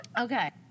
okay